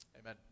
Amen